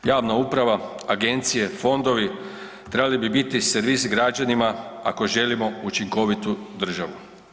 Javna uprava, agencije, fondovi, trebali bi biti servis građanima ako želimo učinkovitu državu.